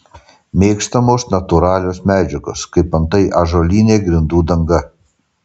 mėgstamos natūralios medžiagos kaip antai ąžuolinė grindų danga